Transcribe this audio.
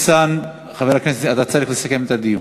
ולסיום, אני מבקש להודות לצוות